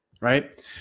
right